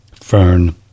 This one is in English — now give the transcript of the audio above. fern